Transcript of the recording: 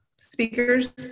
speakers